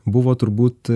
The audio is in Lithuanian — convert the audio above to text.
buvo turbūt